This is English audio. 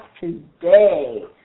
today